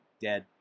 dead